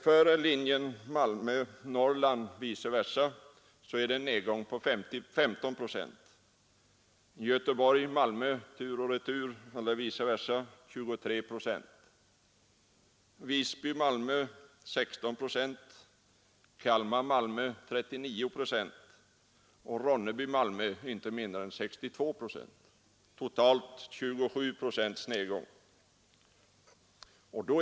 För linjen Malmö—Norrland och vice versa är nedgången 15 procent, för Göteborg —-Malmö 23 procent, för Visby-Malmö 16 procent, för Kalmar—-Malmö 39 procent och för Ronneby—-Malmö hela 62 procent, i genomsnitt en nedgång på 27 procent.